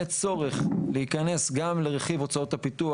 יהיה צורך להיכנס גם לרכיב הוצאות הפיתוח,